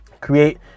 create